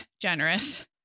generous